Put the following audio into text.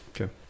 Okay